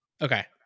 okay